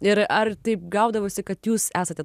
ir ar taip gaudavosi kad jūs esate